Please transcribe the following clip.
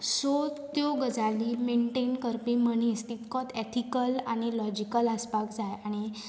so त्यो गजाली maintain करपी मनीस तितकोच एथिकल आनी लॉजिकल आसपाक जाय आनी